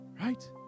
Right